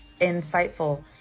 insightful